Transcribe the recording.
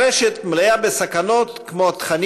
כולנו